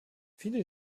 viele